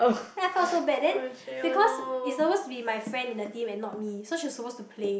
then I felt so bad then because it's supposed to be my friend in the team and not me so she was supposed to play